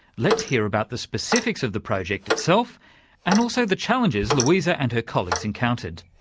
let's hear about the specifics of the project itself and also the challenges luisa and her colleagues encountered.